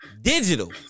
digital